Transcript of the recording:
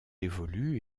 évolue